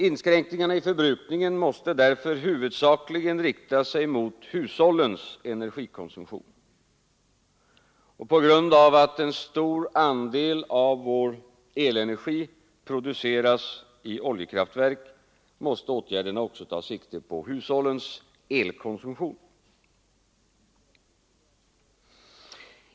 Inskränkningarna i förbrukningen måste därför huvudsakligen rikta sig mot hushållens energikonsumtion. På grund av att en stor andel av vår elenergi produceras i oljekraftverk måste åtgärderna också ta sikte på hushållens elkonsumtion.